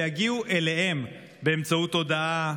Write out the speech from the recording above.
ושיגיעו אליהם באמצעות הודעה,